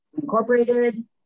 incorporated